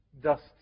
dust